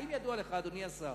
האם ידוע לך, אדוני השר,